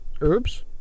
Herbs